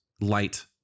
light